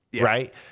Right